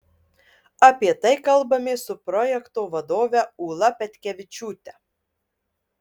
apie tai kalbamės su projekto vadove ūla petkevičiūte